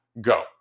go